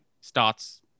starts